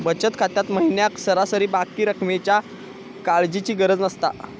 बचत खात्यात महिन्याक सरासरी बाकी रक्कमेच्या काळजीची गरज नसता